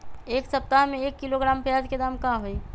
एक सप्ताह में एक किलोग्राम प्याज के दाम का होई?